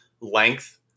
Length